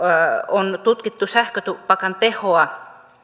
on tutkittu sähkötupakan tehoa